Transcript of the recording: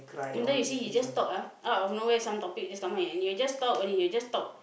sometimes you see he just talk ah out of nowhere some topic just come out in any way he will talk only he will just talk